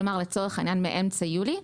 כלומר לצורך העניין מאמצע יולי,